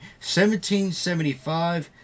1775